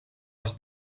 els